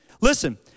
Listen